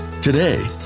Today